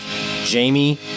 Jamie